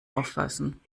auffassen